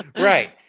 right